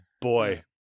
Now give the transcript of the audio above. boy